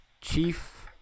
chief